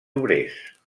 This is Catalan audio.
obrers